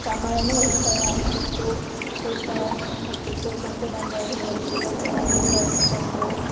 ಸಮಯ ಉಳಿತಾಯ ಆಗ್ತಿತ್ತು ಉಳಿತಾಯ ಆಗ್ತಿತ್ತು ಮತ್ತು ಬಂದವರಿಗೆಲ್ಲ ಚೆನ್ನಾಗ್ ಮಾತಾಡಿಸ್ಕೊಂಡು